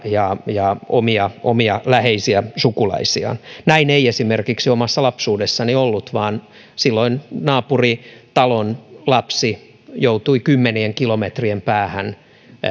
ja ja omia omia läheisiä sukulaisiaan näin ei esimerkiksi omassa lapsuudessani ollut vaan silloin naapuritalon lapsi joutui kymmenien kilometrien päähän